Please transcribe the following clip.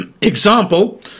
example